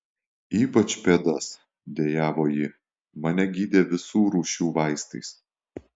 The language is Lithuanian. ypač pėdas dejavo ji mane gydė visų rūšių vaistais